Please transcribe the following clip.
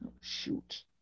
Shoot